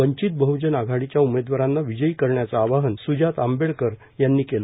वंचित बह्जन आघाडीच्या उमेदवारांना विजयी करण्याचं आवाहन स्जात आंबेडकर यांनी केलं